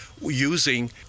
using